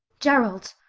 gerald,